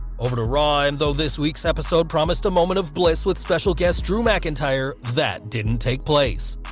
over to raw, and though this week's episode promised a moment of bliss with special guest drew mcintyre that didn't take place.